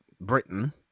Britain